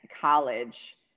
college